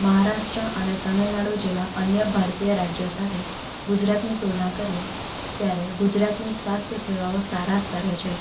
મહારાષ્ટ્ર અને તામિલનાડુ જેવા અન્ય ભારતીય રાજ્યો સાથે ગુજરાતની તુલના કરીએ ત્યારે ગુજરાતની સ્વાસ્થ્ય સેવાઓ સારા સ્તરે છે